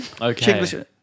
Okay